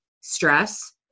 stress